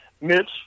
Mitch